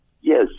Yes